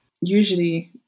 Usually